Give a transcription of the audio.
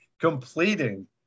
Completing